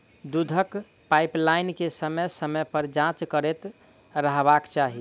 दूधक पाइपलाइन के समय समय पर जाँच करैत रहबाक चाही